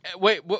Wait